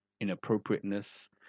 inappropriateness